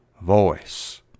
voice